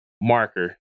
marker